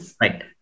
right